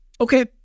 okay